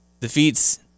defeats